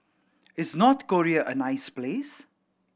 is North Korea a nice place